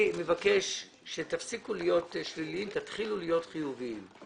אני מבקש שתפסיקו להיות שליליים ותתחילו להיות חיוביים.